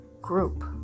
group